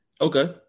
Okay